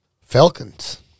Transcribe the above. Falcons